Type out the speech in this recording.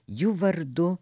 jų vardu